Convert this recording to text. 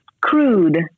crude